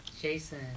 Jason